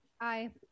Aye